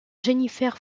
jennifer